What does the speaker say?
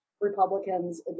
Republicans